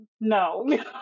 No